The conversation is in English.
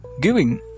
giving